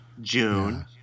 June